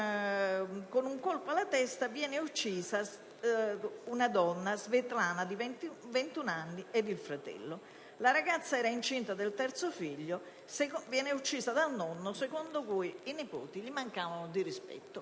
con un colpo alla testa una donna di 21 anni, Svetlana Sulejmanovic ed il fratello. La ragazza era incinta del terzo figlio e viene uccisa dal nonno secondo cui i nipoti gli mancavano di rispetto.